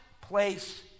place